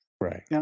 Right